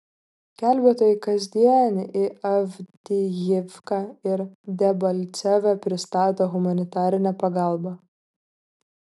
gelbėtojai kasdien į avdijivką ir debalcevę pristato humanitarinę pagalbą